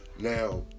Now